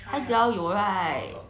海底捞有 right